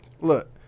Look